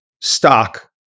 stock